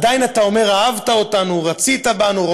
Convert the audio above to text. עדיין אתה אומר: "אהבת אותנו ורצית בנו,